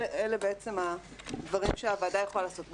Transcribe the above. אלה הדברים שהוועדה יכולה לעשות.